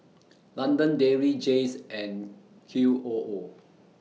London Dairy Jays and Q O O